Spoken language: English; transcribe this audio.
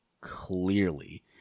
clearly